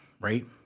right